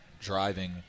driving